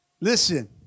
Listen